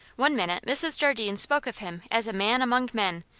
one minute mrs. jardine spoke of him as a man among men,